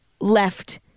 left